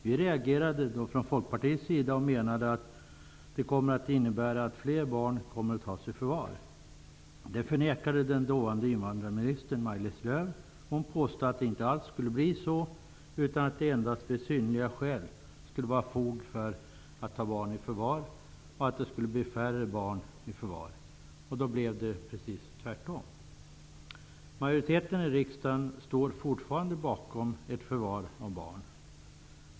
Vi reagerade från Folkpartiets sida och menade att förändringen skulle innebära att fler barn skulle tas i förvar. Det förnekade den dåvarande invandrarministern Maj-Lis Lööw. Hon påstod att det inte alls skulle bli så, utan att det endast vid synnerliga skäl skulle finnas fog för att ta barn i förvar. Det skulle alltså bli färre barn som togs i förvar. Det blev precis tvärtom. Majoriteten i riksdagen står fortfarande bakom att man tar barn i förvar.